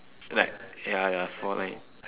then like ya ya four line